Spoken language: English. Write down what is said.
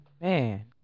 Man